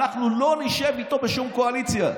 אנחנו לא נשב איתו בשום קואליציה.